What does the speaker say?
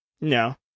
No